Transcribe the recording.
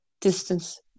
distance